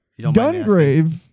Gungrave